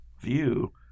view